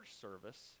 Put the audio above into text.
service